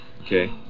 Okay